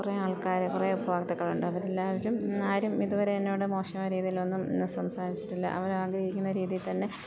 കുറേ ആൾക്കാർ കുറേ ഉപഭോക്തക്കളുണ്ട് അവർ എല്ലാവരും ആരും ഇതുവരെ എന്നോട് മോശമായ രീതിയിൽ ഒന്നും സംസാരിച്ചിട്ടില്ല അവർ ആഗ്രഹിക്കുന്ന രീതിയിൽ തന്നെ